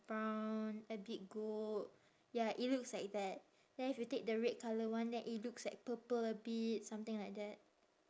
brown a bit gold ya it looks like that then if you take the red colour one then it looks like purple a bit something like that